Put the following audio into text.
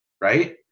right